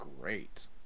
great